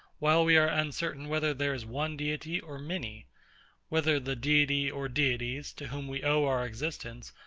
while we are uncertain whether there is one deity or many whether the deity or deities, to whom we owe our existence,